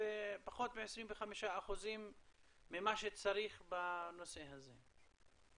פחות מ-25% ממה שצריך בנושא הזה.